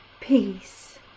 peace